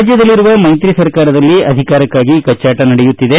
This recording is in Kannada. ರಾಜ್ಯದಲ್ಲಿರುವ ಮೈತ್ರಿ ಸರ್ಕಾರದಲ್ಲಿ ಅಧಿಕಾರಕ್ಕಾಗಿ ಕಚ್ಚಾಟ ನಡೆಯುತ್ತಿದೆ